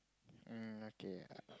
um okay